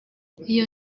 iyo